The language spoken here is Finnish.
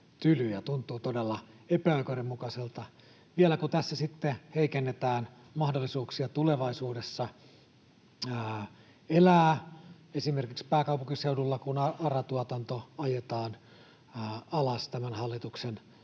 tuntuu todella epäoikeudenmukaiselta. Vielä kun tässä heikennetään mahdollisuuksia tulevaisuudessa elää esimerkiksi pääkaupunkiseudulla, kun ARA-tuotanto ajetaan alas tämän hallituksen